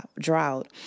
drought